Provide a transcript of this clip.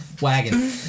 wagon